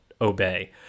obey